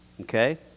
Okay